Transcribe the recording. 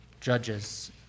Judges